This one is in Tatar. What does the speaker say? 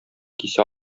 кисә